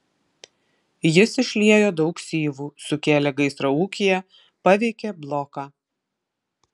jis išliejo daug syvų sukėlė gaisrą ūkyje paveikė bloką